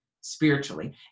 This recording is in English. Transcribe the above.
spiritually